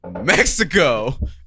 Mexico